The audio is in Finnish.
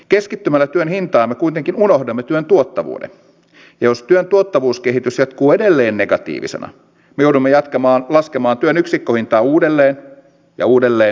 keskittymällä työn hintaan me kuitenkin unohdamme työn tuottavuuden ja jos työn tuottavuuskehitys jatkuu edelleen negatiivisena me joudumme laskemaan työn yksikköhintaa uudelleen ja uudelleen ja uudelleen